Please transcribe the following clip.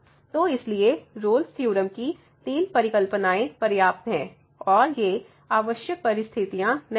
तो इसलिए Rolle's theorem Rolle's Theorem की तीन परिकल्पनाएँ पर्याप्त हैं और ये आवश्यक परिस्थितियां नहीं हैं